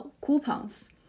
coupons